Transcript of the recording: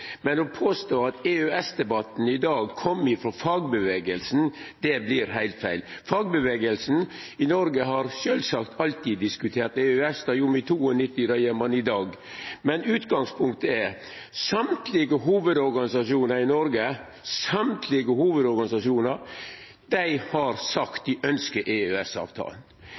Men å påstå at EØS-debatten i dag kom frå fagrørsla, vert heilt feil. Fagrørsla i Noreg har sjølvsagt alltid diskutert EØS. Det gjorde ein i 1992, og det gjer ein i dag. Men utgangspunktet er: Alle hovudorganisasjonane i Noreg har sagt at dei